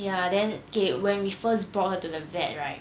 ya then K when we first brought her to the vet right